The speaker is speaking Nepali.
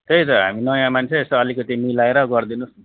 त्यही त हामी नयाँ मान्छे यसो अलिकति मिलाएर गरिदिनु होस्